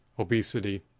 Obesity